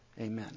Amen